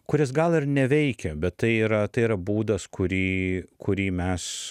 kuris gal ir neveikia bet tai yra tai yra būdas kurį kurį mes